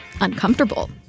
uncomfortable